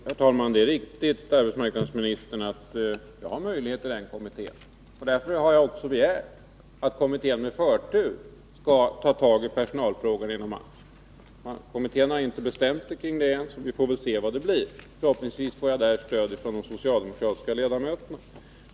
Herr talman! Det är riktigt, som arbetsmarknadsministern säger, att jag har möjlighet att ta upp dessa frågor i den AMS-kommitté där jag är ledamot. Därför har jag också begärt att kommittén med förtur skall ta tag i personalfrågorna inom AMS. Kommittén har ännu inte bestämt sig när det gäller detta. Vi får se vad det blir. Förhoppningsvis får jag i det sammanhanget stöd från de socialdemokratiska ledamöterna.